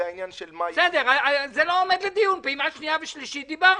זה לא עומד לדיון, על פעימה שנייה ושלישית דיברנו,